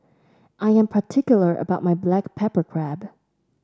I am particular about my Black Pepper Crab